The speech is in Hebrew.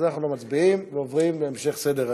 אז אנחנו לא מצביעים, ועוברים להמשך סדר-היום.